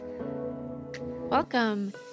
Welcome